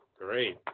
great